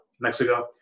Mexico